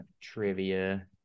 trivia